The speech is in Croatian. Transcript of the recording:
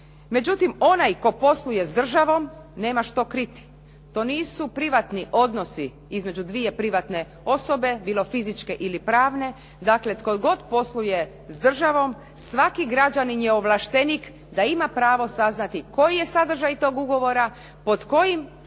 Međutim, onaj koji posluje sa državom nema što kriti. To nisu privatni odnosi između dvije privatne osobe, bilo fizičke ili pravne. Dakle, tko god posluje sa državom svaki građanin je ovlaštenik da ima pravo saznati koji je sadržaj tog ugovora, pod kojim